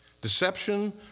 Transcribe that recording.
Deception